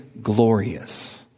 glorious